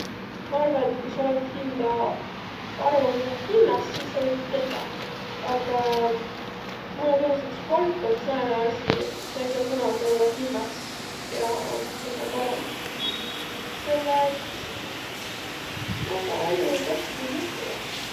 Ma arva, et ku sa olõt hindä arvamusõh kimmäs, sis sa võit tuud tetäq. Aga mullõ tunnus, et sport om sääne asi, et sa ei saaq kunagi ollaq kimmäs, kiä om kõgõ parõmb, selle et väega erinevit asjo või juhtudaq.